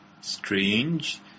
Strange